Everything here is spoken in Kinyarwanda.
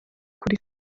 kuri